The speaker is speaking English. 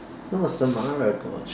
no it's Samara gorge